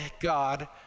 God